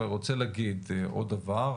אני רוצה להגיד עוד דבר.